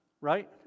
right